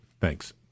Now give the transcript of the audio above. Thanks